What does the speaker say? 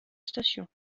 station